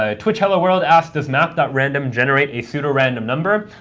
ah twitch hello world asks, does math random generate a pseudorandom number.